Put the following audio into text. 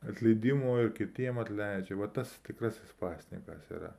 atleidimo ir kitiem atleidžia va tas tikrasis pasninkas yra